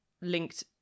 linked